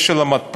יש של המתפ"ש.